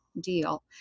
deal